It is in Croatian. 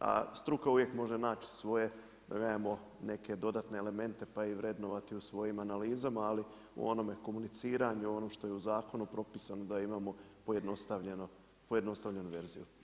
a struka uvijek može naći svoje da nemamo neke dodatne elemente pa i vrednovati u svojim analizama, ali u onome komuniciranju, u onome što je u zakonu propisano da imamo pojednostavljenu verziju.